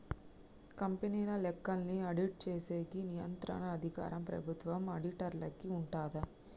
కంపెనీల లెక్కల్ని ఆడిట్ చేసేకి నియంత్రణ అధికారం ప్రభుత్వం ఆడిటర్లకి ఉంటాది